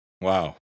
wow